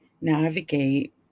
navigate